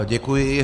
Děkuji.